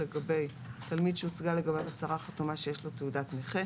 כשזה שש מאות מאומתים,